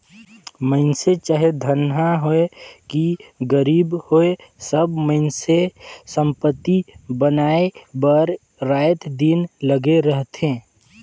मइनसे चाहे धनहा होए कि गरीब होए सब मइनसे संपत्ति बनाए बर राएत दिन लगे रहथें